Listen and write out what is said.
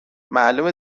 معلومه